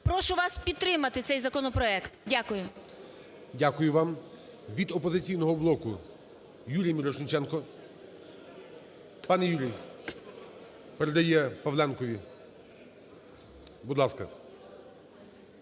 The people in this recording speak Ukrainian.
Прошу вас підтримати цей законопроект. Дякую. ГОЛОВУЮЧИЙ. Дякую вам. Від "Опозиційного блоку" Юрій Мірошниченко. Пане Юрію! Передає Павленкові. Будь ласка.